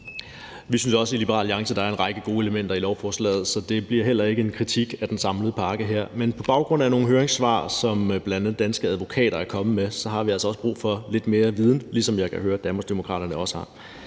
Vi synes i Liberal Alliance også, at der er en række gode elementer i lovforslaget, så det bliver heller ikke en kritik af den samlede pakke her. Men på baggrund af nogle høringssvar, som bl.a. Danske Advokater er kommet med, har vi altså også brug for lidt mere viden, ligesom jeg kan høre Danmarksdemokraterne også har.